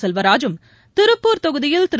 செல்வராஜும் திருப்பூர் தொகுதியில் திரு